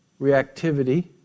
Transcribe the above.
reactivity